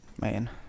Man